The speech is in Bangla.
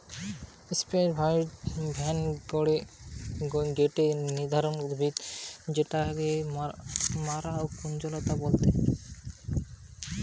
সিপ্রেস ভাইন গটে ধরণকার উদ্ভিদ যেটাকে মরা কুঞ্জলতা বলতিছে